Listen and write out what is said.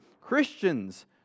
Christians